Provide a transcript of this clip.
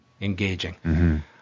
engaging